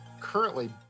currently